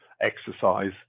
exercise